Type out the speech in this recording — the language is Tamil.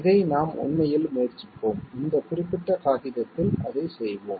இதை நாம் உண்மையில் முயற்சிப்போம் இந்தக் குறிப்பிட்ட காகிதத்தில் அதைச் செய்வோம்